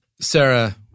Sarah